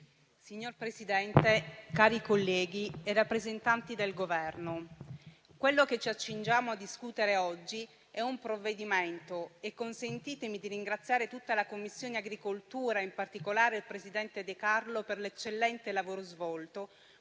Signor Presidente, onorevoli colleghi, rappresentanti del Governo, quello che ci accingiamo a discutere oggi - consentitemi di ringraziare tutta la Commissione agricoltura e in particolare il presidente De Carlo per l'eccellente lavoro svolto